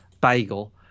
Bagel